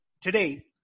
today